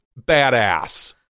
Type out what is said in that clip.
badass